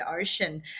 Ocean